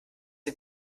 den